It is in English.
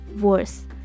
worse